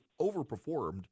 overperformed